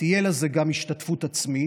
תהיה לזה גם השתתפות עצמית,